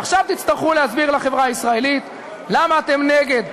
ועכשיו תצטרכו להסביר לחברה הישראלית למה אתם נגד,